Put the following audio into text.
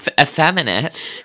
effeminate